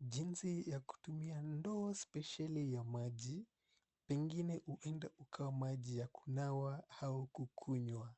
jinsi ya kutumia ndoo spesheli ya maji pengine huenda ukawa maji wa kunawa au kukunywa.